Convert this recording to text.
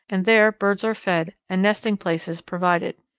and there birds are fed and nesting places provided.